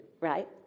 Right